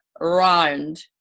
round